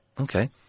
Okay